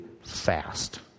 fast